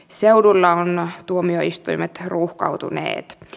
seudulla onnahtuomioistuimet ruuhkautuneet